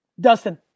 Dustin